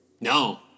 No